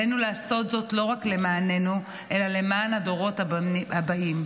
עלינו לעשות זאת לא רק למעננו אלא למען הדורות הבאים,